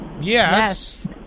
yes